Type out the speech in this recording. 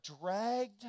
dragged